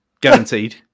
guaranteed